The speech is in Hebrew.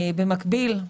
במקביל,